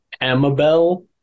Amabel